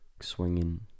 swinging